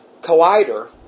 collider